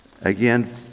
again